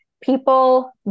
people